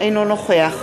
אינו נוכח